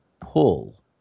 pull